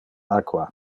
aqua